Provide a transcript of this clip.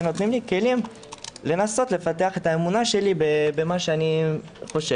שנותנים לי כלים לנסות לפתח את האמונה שלי במה שאני חושב.